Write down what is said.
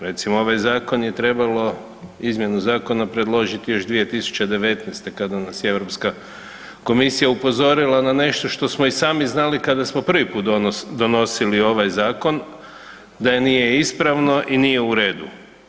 Recimo ovaj zakon je trebalo izmjenu zakona predložiti još 2019.kada nas je Europska komisija upozorila na nešto što smo i sami znali kada smo prvi put donosili ovaj zakon da nije ispravno i nije u redu.